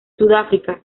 sudáfrica